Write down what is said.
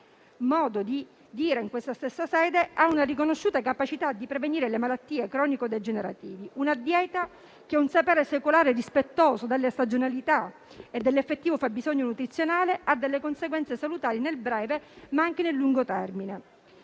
modo di dire in questa stessa sede - ha una riconosciuta capacità di prevenire le malattie cronico-degenerative; una dieta che un sapere secolare rispettoso delle stagionalità e dell'effettivo fabbisogno nutrizionale ha delle conseguenze salutari nel breve, ma anche nel lungo termine.